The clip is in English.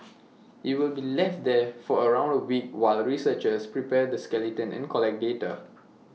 IT will be left there for around A week while researchers prepare the skeleton and collect data